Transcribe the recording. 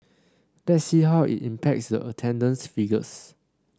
let's see how it impacts the attendance figures